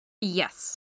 Yes